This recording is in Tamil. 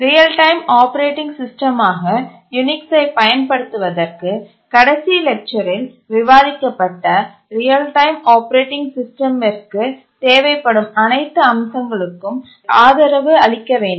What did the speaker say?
ரியல் டைம் ஆப்பரேட்டிங் சிஸ்டமாக யூனிக்ஸ்சை பயன்படுத்துவதற்கு கடைசி லெக்சரில் விவாதிக்கப்பட்ட ரியல் டைம் ஆப்பரேட்டிங் சிஸ்டமிற்க்குத் தேவைப்படும் அனைத்து அம்சங்களுக்கும் ஆதரவளிக்க வேண்டும்